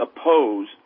oppose